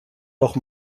noch